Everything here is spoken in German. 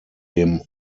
dem